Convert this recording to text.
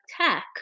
tech